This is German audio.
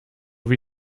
wie